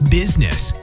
business